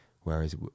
Whereas